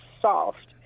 soft